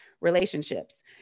relationships